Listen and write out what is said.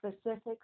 specifics